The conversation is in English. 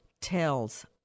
tells